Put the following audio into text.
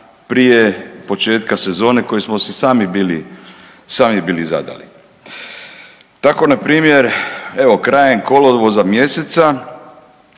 prije početka sezone koje smo si sami bili zadali. Tako npr. krajem kolovoza mjeseca